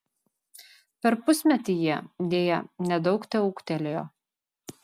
per pusmetį jie deja nedaug teūgtelėjo